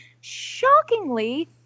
shockingly